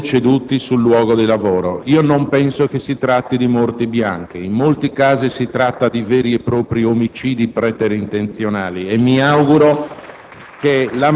sono deceduti sul luogo di lavoro. Io non penso si tratti di morti bianche: in molti casi si tratta di veri e propri omicidi preterintenzionali. *(Applausi